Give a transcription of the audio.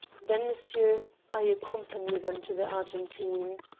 then, m'sieu', i accompany them to the argentine,